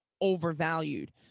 overvalued